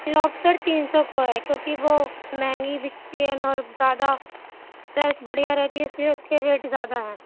lobster تین سو کو ہے کیونکہ وہ مہنگی بکتی ہے اور زیادہ ٹیسٹ بڑھیا رہتی ہے اس لیے اس کے ریٹ زیادہ ہیں